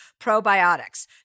probiotics